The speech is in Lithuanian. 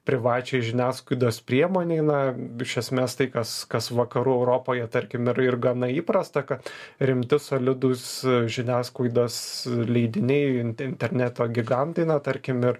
privačiai žiniasklaidos priemonei na iš esmės tai kas kas vakarų europoje tarkim ir ir gana įprasta kad rimti solidūs žiniasklaidos leidiniai in interneto gigantai na tarkim ir